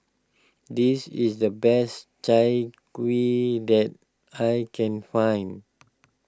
this is the best Chai Kuih that I can find